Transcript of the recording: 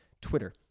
Twitter